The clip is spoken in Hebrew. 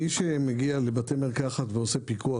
מי שמגיע לבתי מרקחת ועושה פיקוח,